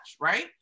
right